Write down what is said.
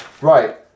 Right